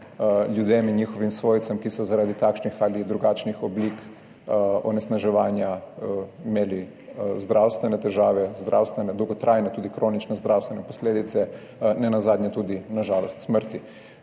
ljudem in njihovim svojcem, ki so zaradi takšnih ali drugačnih oblik onesnaževanja imeli zdravstvene težave, dolgotrajne, tudi kronične zdravstvene posledice, nenazadnje na žalost tudi smrti.